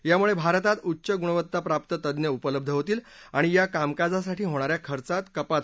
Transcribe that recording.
यामुळे भारतात उच्च गुणवत्ता प्राप्त तज्ञ उपलब्ध होतील आणि या कामकाजासाठी होणाऱ्या खर्चात कपात होईल